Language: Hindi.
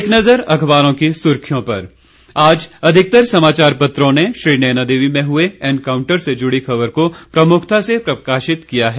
एक नज़र अखबारों की सुर्खियों पर आज अधिकतर समाचार पत्रों ने श्रीनयनादेवी में हुए एनकाऊंटर से जुड़ी खबर को प्रमुखता से प्रकाशित किया है